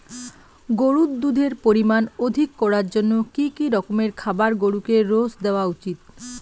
গরুর দুধের পরিমান অধিক করার জন্য কি কি রকমের খাবার গরুকে রোজ দেওয়া উচিৎ?